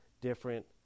different